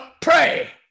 pray